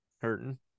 hurting